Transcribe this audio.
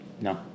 No